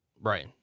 Right